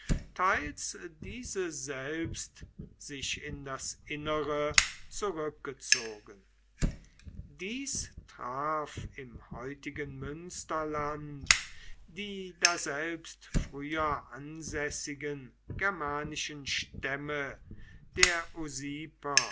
teils diese selbst sich in das innere zurückgezogen dies traf im heutigen münsterland die daselbst früher ansässigen germanischen stämme der